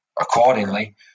accordingly